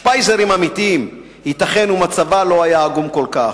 שפייזרים אמיתיים, ייתכן שמצבה לא היה עגום כל כך.